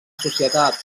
societat